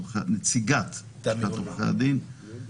נציגת לשכת עורכי הדין -- תמי אולמן.